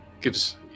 gives